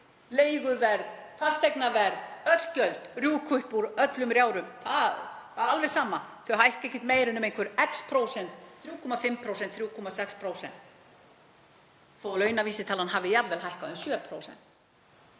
Leiguverð, fasteignaverð, öll gjöld rjúka upp úr öllum rjáfrum, það er alveg sama. Að þau hækki ekki meira en um einhver X prósent, 3,5%, 3,6%, þó að launavísitalan hafi jafnvel hækkað um 7%.